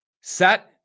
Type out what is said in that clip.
set